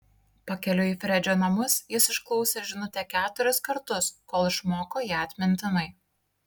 pakeliui į fredžio namus jis išklausė žinutę keturis kartus kol išmoko ją atmintinai